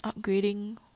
upgrading